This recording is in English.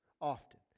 often